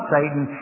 Satan